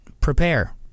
prepare